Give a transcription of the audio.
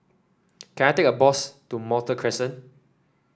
can I take a bus to Malta Crescent